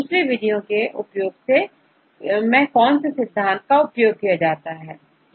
दूसरी विधियों के उपयोग में कौन से सिद्धांत का उपयोग होता है